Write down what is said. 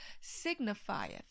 signifieth